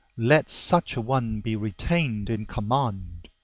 let such a one be retained in command!